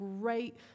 great